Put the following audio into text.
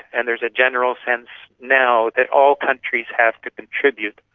and there's a general sense now that all countries have to contribute.